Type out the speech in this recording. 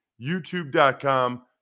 YouTube.com